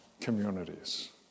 communities